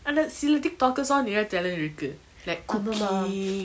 அனா சில:ana sila tiktokers on நெரய:neraya talent இருக்கு:iruku like cooking